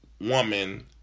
Woman